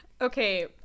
Okay